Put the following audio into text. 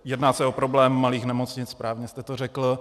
Jedná se o problém malých nemocnic, správně jste to řekl.